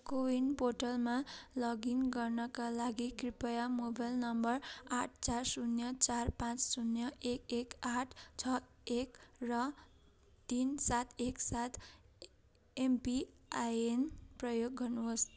को विन पोर्टलमा लगइन गर्नका लागि कृपया मोबाइल नम्बर आठ चार शून्य चार पाँच शून्य एक एक आठ छ एक र तिन सात एक सात एमपिआइएन प्रयोग गर्नुहोस्